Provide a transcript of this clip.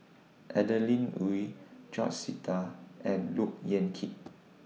Adeline Ooi George Sita and Look Yan Kit